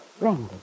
Randy